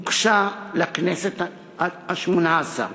הוגשה לכנסת השמונה-עשרה,